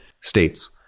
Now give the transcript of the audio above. states